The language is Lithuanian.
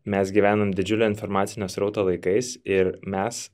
mes gyvenam didžiulio informacinio srauto laikais ir mes